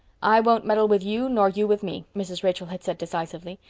i won't meddle with you nor you with me, mrs. rachel had said decidedly,